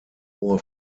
hohe